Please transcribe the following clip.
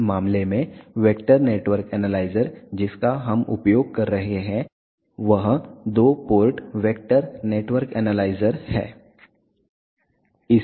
इस मामले में वेक्टर नेटवर्क एनालाइजर जिसका हम उपयोग कर रहे हैं वह दो पोर्ट वेक्टर नेटवर्क एनालाइजर है